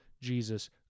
Jesus